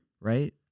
right